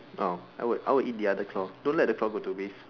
oh I would I would eat the other claw don't let the claw go to waste